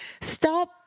stop